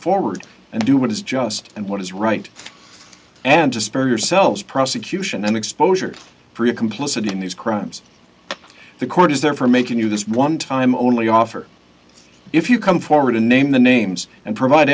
forward and do what is just and what is right and to spare yourselves prosecution and exposure complicity in these crimes the court is there for making you this one time only offer if you come forward and name the names and provide